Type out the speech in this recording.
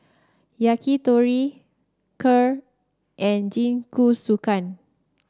Yakitori Kheer and Jingisukan